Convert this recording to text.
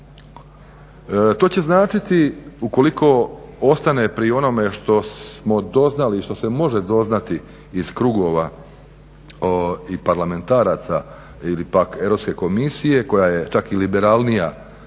To će značiti ukoliko ostane pri onome što smo doznali i što se može doznati iz krugova i parlamentaraca ili pak Europske komisije koja je čak i liberalnija